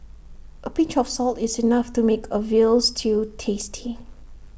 A pinch of salt is enough to make A Veal Stew tasty